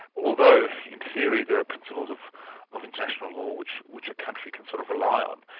although in theory there are principles of of international law which which a country can sort of rely on.